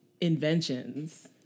inventions